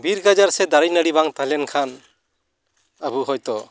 ᱵᱤᱨ ᱜᱟᱡᱟᱲ ᱥᱮᱫ ᱫᱟᱨᱮᱼᱱᱟᱹᱲᱤ ᱵᱟᱝ ᱛᱟᱦᱮᱸᱞᱮᱱᱠᱷᱟᱱ ᱟᱵᱚ ᱦᱚᱭᱛᱚ